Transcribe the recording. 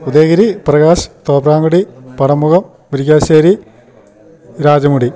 Udayagiri Prayas Thopramkudy Padamukham Murickassery Rajamudi